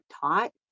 taught